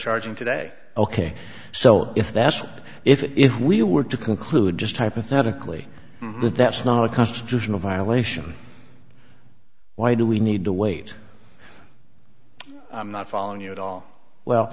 charging today ok so if that's what if we were to conclude just hypothetically that that's not a constitutional violation why do we need to wait i'm not following you at all well